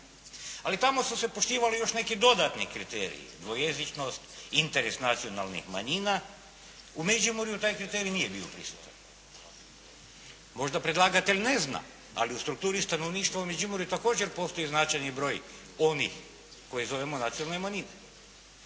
ali tamo su se poštivali još neki dodatni kriteriji, dvojezičnost, interes nacionalnih manjina. U Međimurju taj kriterij nije bio prisutan. Možda predlagatelj ne zna, ali u strukturi stanovništva u Međimurju također postoji značajni broj onih koje zovemo nacionalne manjine,